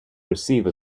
receive